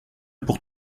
pour